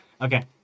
Okay